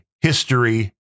history